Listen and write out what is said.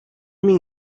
mean